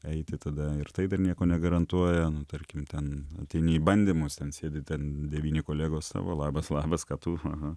eiti tada ir tai dar nieko negarantuoja nu tarkim ten ateini į bandymus ten sėdi ten devyni kolegos savo labas labas ką tu aha